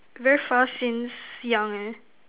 very fast since young eh